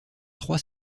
trois